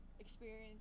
Experience